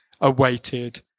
awaited